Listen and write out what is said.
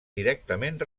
directament